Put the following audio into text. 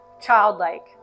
childlike